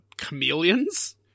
Chameleons